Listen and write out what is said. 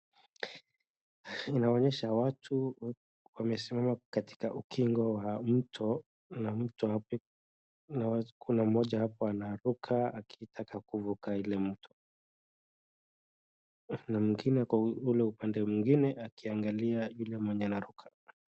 Inaonyesha watu wamesimama katika ukingo wa mto na kuna mmoja pale anaruka akitaka kuvuka ile mto. Na mwingine kwa ule upande mwingine akiangalia yule mwenye anaruka.